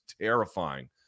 terrifying